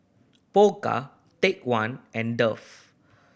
Pokka Take One and Dove